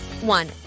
One